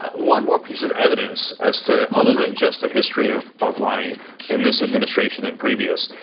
ah one more piece of evidence as to other than just a history of of lying in this administration and previous.